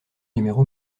numéro